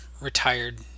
retired